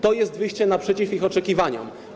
To jest wyjście naprzeciw ich oczekiwaniom.